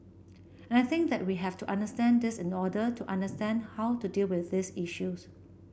and I think that we have to understand this in order to understand how to deal with these issues